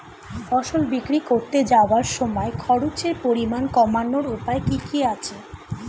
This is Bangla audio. ফসল বিক্রি করতে যাওয়ার সময় খরচের পরিমাণ কমানোর উপায় কি কি আছে?